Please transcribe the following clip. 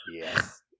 Yes